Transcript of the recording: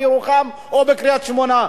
בירוחם או בקריית-שמונה?